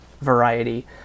variety